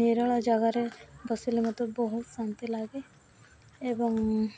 ନିରଳା ଜାଗାରେ ବସିଲେ ମତେ ବହୁତ ଶାନ୍ତି ଲାଗେ ଏବଂ